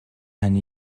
and